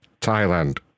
Thailand